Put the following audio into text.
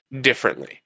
differently